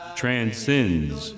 transcends